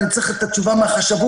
אני צריך את התשובה מהחשבות,